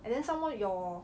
and then some more your